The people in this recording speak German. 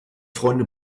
freunde